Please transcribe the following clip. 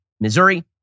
Missouri